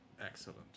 Excellent